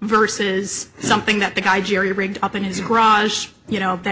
versus something that the guy jerry rigged up in his garage you know that